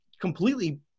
completely